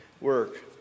work